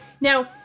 Now